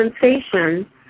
sensation